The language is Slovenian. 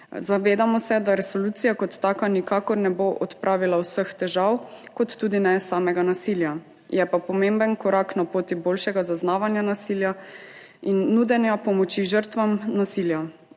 Zavedamo se, da resolucija kot taka nikakor ne bo odpravila vseh težav kot tudi ne samega nasilja, je pa pomemben korak na poti k boljšemu zaznavanju nasilja in nudenja pomoči žrtvam nasilja.